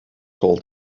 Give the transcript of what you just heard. called